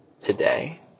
today